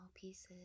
pieces